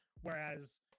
whereas